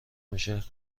میشه